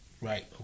Right